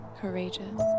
courageous